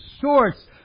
source